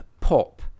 Pop